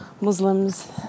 Muslims